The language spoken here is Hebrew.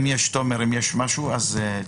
אם יש משהו לגבי התקנות,